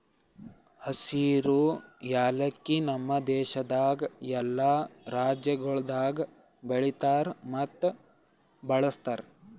ಹಸಿರು ಯಾಲಕ್ಕಿ ನಮ್ ದೇಶದಾಗ್ ಎಲ್ಲಾ ರಾಜ್ಯಗೊಳ್ದಾಗ್ ಬೆಳಿತಾರ್ ಮತ್ತ ಬಳ್ಸತಾರ್